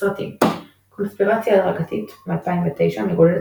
סרטים "קונספירציה הדרגתית" מ-2009 מגולל את